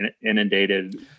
inundated